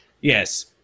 Yes